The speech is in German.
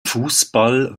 fußball